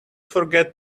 forget